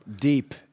deep